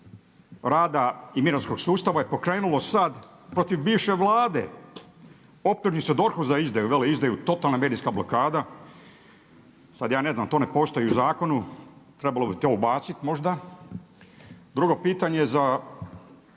rada i mirovinskog sustava je pokrenulo sada protiv bivše Vlade optužnice DORH-u za izdaju, veleizdaju, totalna medijska blokada. Sada ja ne znam, to ne postoji u Zakonu, trebalo bi to ubaciti možda. Drugo pitanje je za